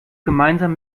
gemeinsam